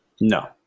No